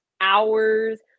hours